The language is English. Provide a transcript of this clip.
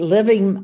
Living